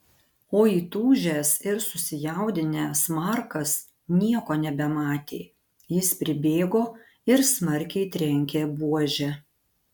o įtūžęs ir susijaudinęs markas nieko nebematė jis pribėgo ir smarkiai trenkė buože